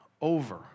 over